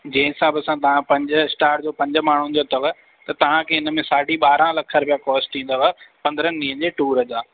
जंहिं हिसाब सां तव्हां पंज स्टार जो पंज माण्हू जो अथव त तव्हांखे हिन में साढी ॿारहां लख रुपया कोस्ट ईंदव पंदरहनि ॾींहनि जे टूर जा